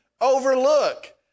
overlook